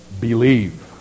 believe